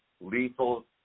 lethal